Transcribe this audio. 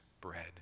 bread